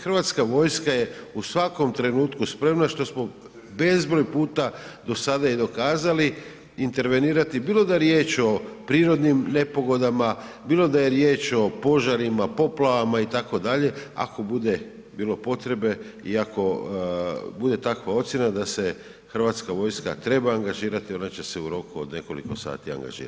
Hrvatska vojska je u svakom trenutku spremna što smo bezbroj puta do sada i dokazali intervenirati bilo da je riječ o prirodnim nepogodama, bilo da je riječ o požarima, poplavama itd., ako bude bilo potrebe i ako bude takva ocjena da se Hrvatska vojska treba angažirati ona će se u roku od nekoliko sati angažirati.